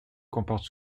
comportent